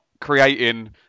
creating